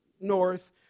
north